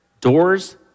Doors